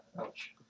Ouch